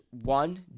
one